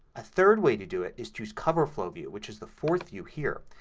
third way to do it is to use coverflow view which is the fourth view here.